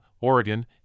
Oregon